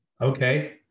Okay